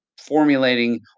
formulating